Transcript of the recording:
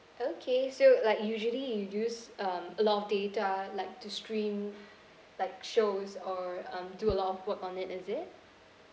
okay so like usually you use um a lot of data like to stream like shows or um do a lot of work on it is it